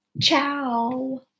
ciao